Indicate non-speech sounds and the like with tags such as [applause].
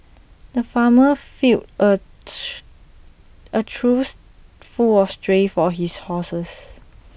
the farmer filled A [noise] A truth full of tray for his horses